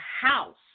house